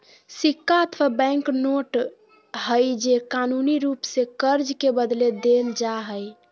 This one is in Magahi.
सिक्का अथवा बैंक नोट हइ जे कानूनी रूप से कर्ज के बदले देल जा हइ